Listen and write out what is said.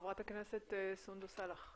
חברת הכנסת סונדוס סאלח.